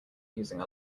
using